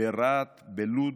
ברהט ובלוד.